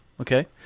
Okay